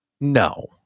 No